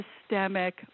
systemic